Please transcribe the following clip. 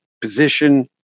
position